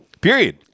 Period